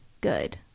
good